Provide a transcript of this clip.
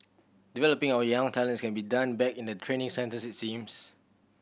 developing our young talents can be done back in the training centre it seems